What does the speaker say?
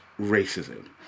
racism